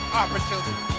opportunity